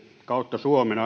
kautta suomen